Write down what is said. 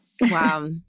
wow